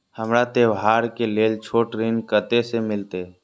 हमरा त्योहार के लेल छोट ऋण कते से मिलते?